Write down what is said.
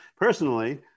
Personally